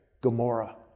Gomorrah